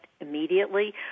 immediately